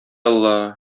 алла